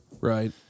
Right